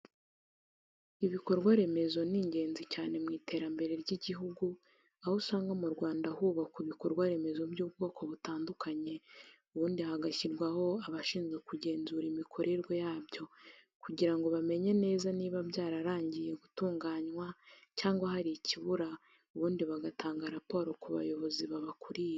Ibikorwa remezo ni ingenzi cyane mu iterambere ry'igihugu, aho usanga mu Rwanda hubakwa ibikorwa remezo by'ubwoko butandukanye ubundi hagashyirwaho abashinzwe kugenzura imikorerwe yabyo kugira ngo bamenye neza niba byararangiye gutunganywa cyangwa hari ikibura ubundi bagatanga raporo ku bayobozi babakuriye.